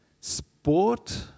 sport